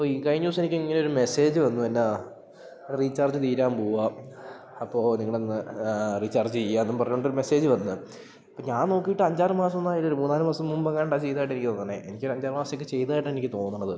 അപ്പോൾ ഈ കഴിഞ്ഞ ദിവസം എനിക്ക് ഇങ്ങനൊരു മെസ്സേജ് വന്നു എന്നാ റീചാർജ് തീരാൻ പോവാ അപ്പോൾ നിങ്ങളൊന്ന് റീചാർജ് ചെയ്യുക എന്ന് പറഞ്ഞിട്ടൊരു മസ്സേജ് വന്നു അപ്പോൾ ഞാൻ നോക്കിയിട്ട് അഞ്ചാറ് മാസമൊന്നും ആയില്ല ഒരു മൂന്നാലു മാസം മുമ്പെങ്ങാണ്ടാ ചെയ്തായിട്ടാ എനിക്ക് തോന്നണത് എനിക്ക് അഞ്ചാറ് മാസത്ക്ക് ചെയ്തതായിട്ടാണ് എനിക്ക് തോന്നണത്